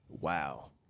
Wow